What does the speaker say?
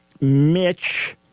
Mitch